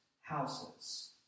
houses